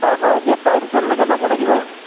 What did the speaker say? হয় হয় সেই টাইড হোটেলৰ লৈকে যাব লাগিব